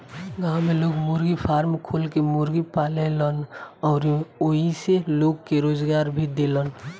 गांव में लोग मुर्गी फारम खोल के मुर्गी पालेलन अउरी ओइसे लोग के रोजगार भी देलन